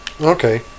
Okay